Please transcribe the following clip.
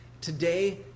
Today